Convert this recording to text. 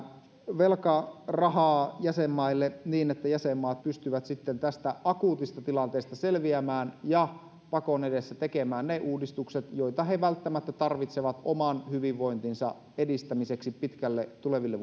velkarahaa jäsenmaille niin että jäsenmaat pystyvät sitten tästä akuutista tilanteesta selviämään ja pakon edessä tekemään ne uudistukset joita he välttämättä tarvitsevat oman hyvinvointinsa edistämiseksi pitkälle tuleville